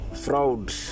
Fraud